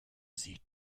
sieht